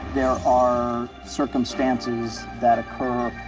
there are circumstances that occur